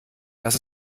das